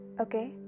Okay